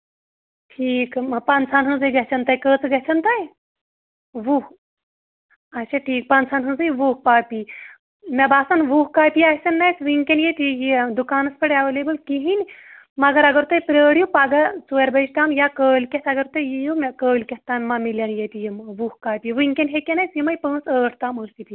ٹھیک یِمہٕ پَنٛژاہَن ہٕنٛزٕے گَژھَن تۄہہِ کۭژٕ گَژھَن تۄہہِ وُہ اچھا ٹھیٖک پَنٛژاہَن ہٕنٛزٕے وُہ کاپی مےٚ باسان وُہ کاپی آسَن نہٕ اَسہِ وُنکیٚن ییٚتہِ یہِ دُکانَس پیٚٹھ اَیٚویلیبٕل کِہیٖنٛۍ مگر اگر تُہی پرٛٲرِو پگاہ ژورِ بَجہِ تام یا کٲلۍکیٚتھ اگر تُہی یِیِو مےٚ کٲلۍکیٚتھ تام ما میلٮن ییٚتہِ یِمہٕ وُہ کاپی وُنکیٚن ہیٚکن اَسہِ یِمَے پانٛژھ ٲٹھ تام ٲسِتھ اَیٚویلیبٕل